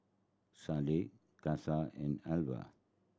Shyla Case and Arvilla